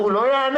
הוא לא יענה.